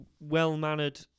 well-mannered